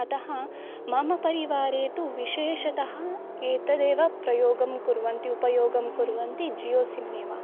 अतः मम परिवारे तु विशेषतः एतदेव प्रयोगं कुर्वन्ति उपयोगं कुर्वन्ति जियो सिम् एव